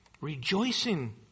Rejoicing